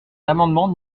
l’amendement